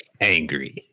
angry